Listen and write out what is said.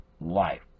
life